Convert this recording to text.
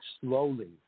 slowly